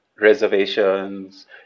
reservations